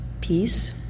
peace